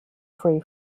free